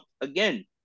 again